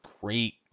great